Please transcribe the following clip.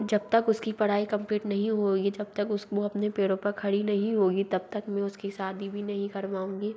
जब तक उसकी पढ़ाई कम्पीट नहीं होगी जब तक उस वो अपने पैरों पर खड़ी नहीं होगी तब तक में उसकी शादी भी नहीं करवाऊँगी